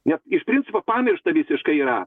nes iš principo pamiršta visiškai yra